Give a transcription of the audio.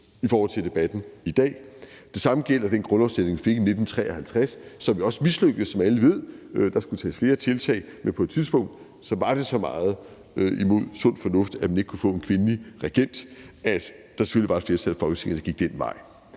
i forhold til debatten i dag. Det samme gælder den grundlovsændring, vi fik i 1953, som jo også mislykkedes, som alle ved. Der skulle tages flere tiltag, men på et tidspunkt var det så meget imod sund fornuft, at man ikke kunne få en kvindelig regent, at der selvfølgelig var et flertal i Folketinget, der gik den vej.